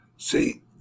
See